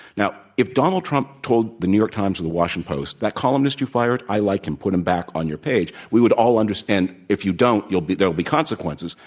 now, if donald trump told the new york times or the washington post, that columnist you fired? i like him. put him back on your page, we would all understand, if you don't, you'll be there will be consequences